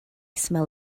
smell